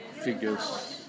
figures